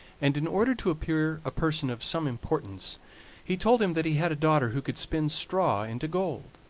and in order to appear a person of some importance he told him that he had a daughter who could spin straw into gold.